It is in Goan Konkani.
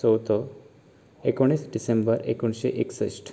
चोवथो एकोणीस डिसेंबर एकोणशें एकसश्ट